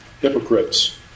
hypocrites